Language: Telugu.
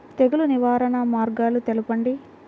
తెగులు నివారణ మార్గాలు తెలపండి?